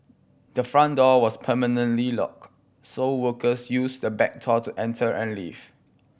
the front door was permanently locked so workers used the back to enter and leave